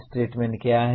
statement क्या है